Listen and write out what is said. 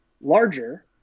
larger